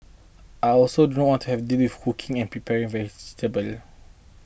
I also do not want to have to deal with hooking and preparing vegetables